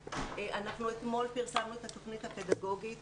אתמול פרסומנו את התוכנית הפדגוגית